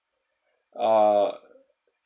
ah